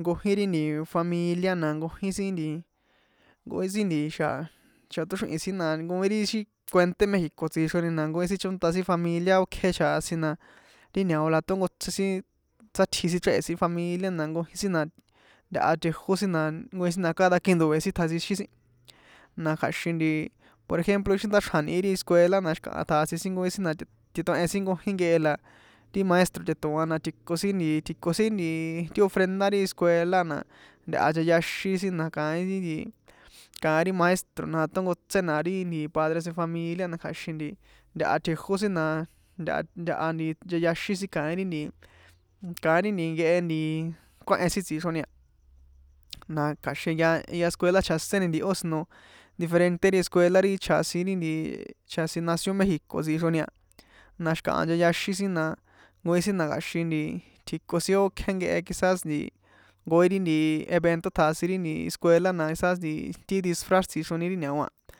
nkojin ri nti familia na nkojin sin nkojin sin nti xa̱ tóxrihi̱n sin na nkojin ri ixi kuenté mexico tsixroni na nkojin sin chónta sin familia ókje chjasin na ri ñao a la tónkotse sin sátjichréhe̱ sin familia na nkojin sin na ntaha tjejó sin na nkojin sin na cada quien ndoe̱ sin tjasixín sin na kja̱xin nti por ejemplo ixi nda̱xrja̱n ni̱hi ri escuela na xi̱kaha tjasin sin nkojin sin na titoehen nkojin nkehe na ti maestro tꞌeṭoa̱n na tji̱ko sin tji̱ko sin ri ofrenda ti escuela na ntaha ncheyaxin sin na kaín ri nti kaín ri sin maestro na tónkotsena na ri nti padres de familia la kja̱xin nata tjejó sin na ntaha ncheyaxín sin kaín ri nti nkehe kuéhen sin tsixroni a na kja̱xin jehya jehya escuela chjaséni ntiho sino diferente ri escuela ri chjasin ri chjasin ri nti chjasin nación mexico tsixroni a na xi̱kaha ncheyaxín sin na nkojin na kja̱xin tji̱ko sin ókje nkehe quizás nti nkojin ri evento tjasin ri escuela na quizás ri nti disfrás tsixroni ri ñao a.